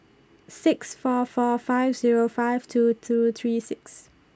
six four four five Zero five two two three six